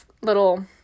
little